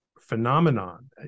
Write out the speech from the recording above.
phenomenon